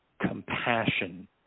compassion